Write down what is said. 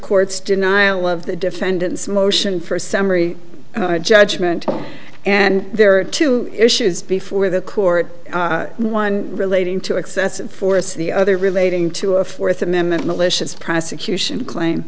court's denial of the defendant's motion for summary judgment and there are two issues before the court one relating to excessive force the other relating to a fourth amendment malicious prosecution claim